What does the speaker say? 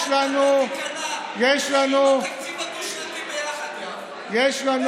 הליכוד יצביע בעד ואתה תיכנע, זה,